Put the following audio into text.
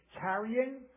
carrying